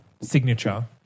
Signature